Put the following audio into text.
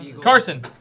Carson